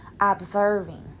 observing